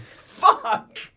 Fuck